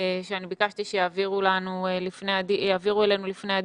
שביקשתי שיעבירו לנו לפני הדיון.